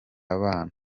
abana